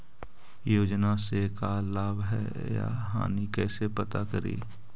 योजना से का लाभ है या हानि कैसे पता करी?